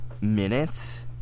minutes